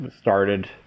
started